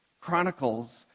Chronicles